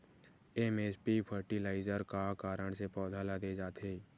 SSP fertiliser का कारण से पौधा ल दे जाथे?